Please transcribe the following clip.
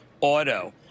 auto